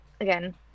again